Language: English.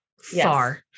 far